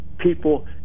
people